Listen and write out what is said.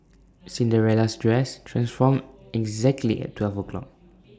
Cinderella's dress transformed exactly at twelve o'clock